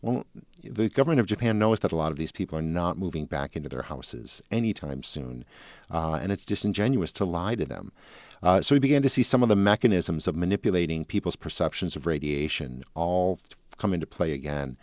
won't the government of japan know is that a lot of these people are not moving back into their houses any time soon and it's disingenuous to lie to them so we begin to see some of the mechanisms of manipulating people's perceptions of radiation all come into play again